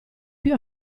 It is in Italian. più